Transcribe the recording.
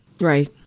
Right